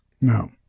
No